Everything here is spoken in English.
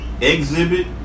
Exhibit